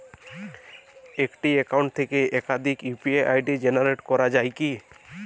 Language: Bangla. একটি অ্যাকাউন্ট থেকে একাধিক ইউ.পি.আই জেনারেট করা যায় কি?